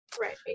right